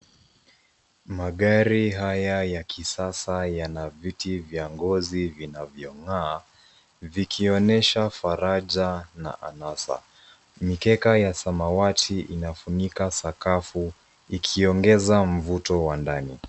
Magari haya ya kisasa yana viti vya ngozi vinavyong'aa, vikionyesha faraja na anasa. Mikeka ya samawati inafunika sakafu, ikiongeza mvuto wa ndani.